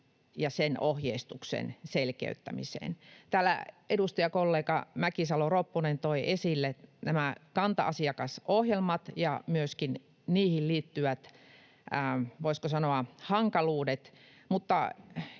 ja sen ohjeistuksen selkeyttämiseen. Täällä edustajakollega Mäkisalo-Ropponen toi esille kanta-asiakasohjelmat ja myöskin niihin liittyvät, voisiko sanoa, hankaluudet.